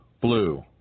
blue